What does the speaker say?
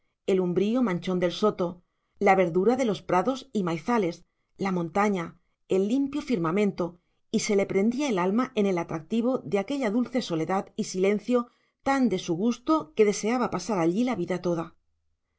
del soto la verdura de los prados y maizales la montaña el limpio firmamento y se le prendía el alma en el atractivo de aquella dulce soledad y silencio tan de su gusto que deseaba pasar allí la vida toda